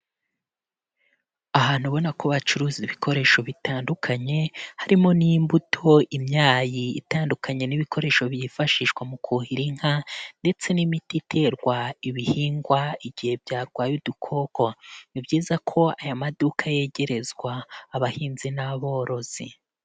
Ahantu ubona ko bacuruza ibikoresho bitandukanye, harimo n'imbuto imyayi itandukanye n'ibikoresho byifashishwa mu kuhira inka ndetse n'imiti iterwa ibihingwa igihe byarwaye udukoko. Ni byiza ko aya maduka yegerezwa abahinzi n'aborozi.